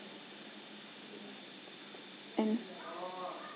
and